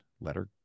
Letter